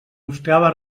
mostrava